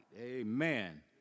amen